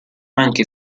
anche